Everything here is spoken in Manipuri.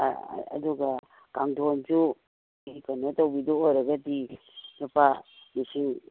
ꯑꯗꯨꯒ ꯀꯥꯡꯗꯣꯟꯖꯨ ꯀꯩꯅꯣ ꯇꯧꯕꯤꯗꯣ ꯑꯣꯏꯔꯒꯗꯤ ꯂꯨꯄꯥ ꯂꯤꯁꯤꯡ